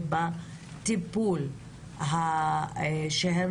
ובטיפול שהן